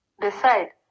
decide